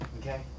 okay